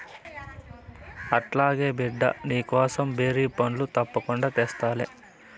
అట్లాగే బిడ్డా, నీకోసం బేరి పండ్లు తప్పకుండా తెస్తాలే